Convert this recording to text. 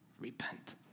repent